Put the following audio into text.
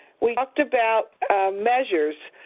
we talked about measures,